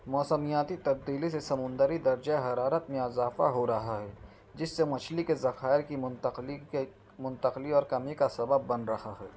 موسمیاتی تبدیلی سے سمندری درجہ حرارت میں اضافہ ہو رہا ہے جس سے مچھلی کے ذخائر کی منتقلی کے منتقلی اور کمی کا سبب بن رہا ہے